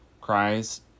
cries